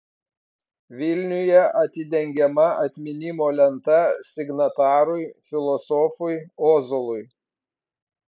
vilniuje atidengiama atminimo lenta signatarui filosofui ozolui